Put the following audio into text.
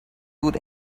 would